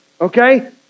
Okay